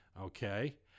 Okay